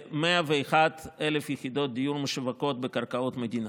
ל-101,000 יחידות דיור משווקות בקרקעות מדינה.